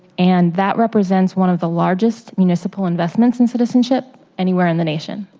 and that represents one of the largest municipal investments in citizenship anywhere in the nation.